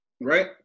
right